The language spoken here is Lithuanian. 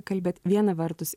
kalbėt viena vertus